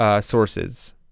sources